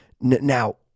Now